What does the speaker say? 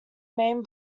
main